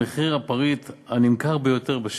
מחיר הפריט הנמכר ביותר בשוק,